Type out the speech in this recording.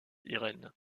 irène